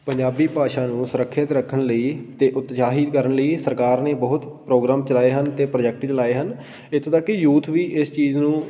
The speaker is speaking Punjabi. ਪੰਜਾਬੀ ਭਾਸ਼ਾ ਨੂੰ ਸੁਰੱਖਿਅਤ ਰੱਖਣ ਲਈ ਅਤੇ ਉਤਸ਼ਾਹਿਤ ਕਰਨ ਲਈ ਸਰਕਾਰ ਨੇ ਬਹੁਤ ਪ੍ਰੋਗਰਾਮ ਚਲਾਏ ਹਨ ਅਤੇ ਪ੍ਰੋਜੈਕਟ ਚਲਾਏ ਹਨ ਇੱਥੋਂ ਤੱਕ ਕਿ ਯੂਥ ਵੀ ਇਸ ਚੀਜ਼ ਨੂੰ